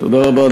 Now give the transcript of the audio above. תודה רבה.